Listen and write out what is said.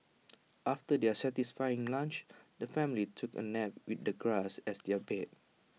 after their satisfying lunch the family took A nap with the grass as their bed